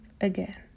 again